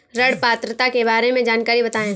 ऋण पात्रता के बारे में जानकारी बताएँ?